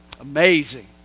Amazing